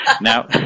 Now